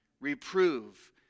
Reprove